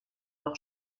leur